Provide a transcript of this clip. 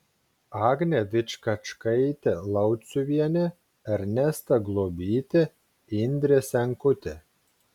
agnė vičkačkaitė lauciuvienė ernesta globytė indrė senkutė